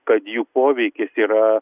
kad jų poveikis yra